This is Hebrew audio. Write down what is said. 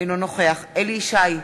אינו נוכח אליהו ישי,